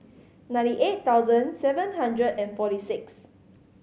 ninety eight thousand seven hundred and forty six